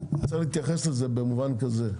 צריך להתייחס לזה במובן כזה: